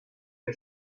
que